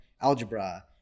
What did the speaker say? algebra